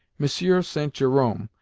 monsieur st. jerome,